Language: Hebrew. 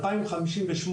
לפי פורום ארלוזורוב,